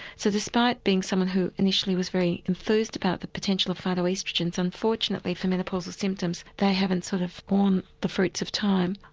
so despite being someone who initially was very enthused about the potential of phyto oestrogens unfortunately unfortunately for menopausal symptoms they haven't sort of borne the fruits of time.